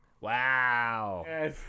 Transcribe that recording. Wow